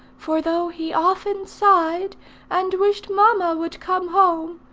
for though he often sighed and wished mamma would come home,